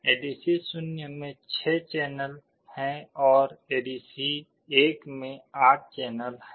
ADC0 में 6 channel हैं और एडीसी1 में 8 चैनल हैं